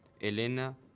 Elena